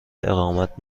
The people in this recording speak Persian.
اقامت